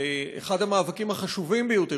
אחד המאבקים החשובים ביותר